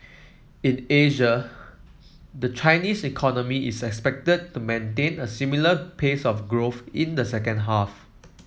in Asia the Chinese economy is expected to maintain a similar pace of growth in the second half